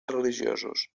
religiosos